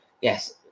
Yes